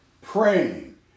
praying